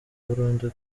burundu